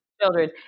children